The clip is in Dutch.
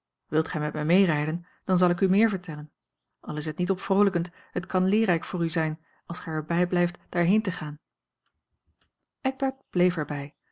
wilt gij met mij meerijden dan zal ik a l g bosboom-toussaint langs een omweg u meer vertellen al is het niet opvroolijkend het kan leerrijk voor u zijn als gij er bij blijft daarheen te gaan eckbert bleef er